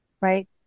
right